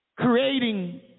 creating